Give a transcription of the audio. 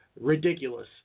ridiculous